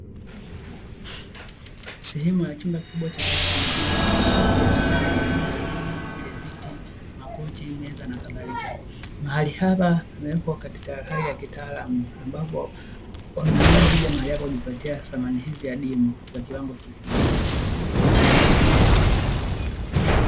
Sehemu ya chumba kikibwa cha wazi kinachotumika katika uuzaji wa samani mbalimbali kama vile viti, makochi, meza nakadhalika. Mahali hapa pamewekwa katika hali ya kitaalamu ambapo wanunuaji huja mahali hapo hujipatia samani hizi adimu za kiwango kikubwa.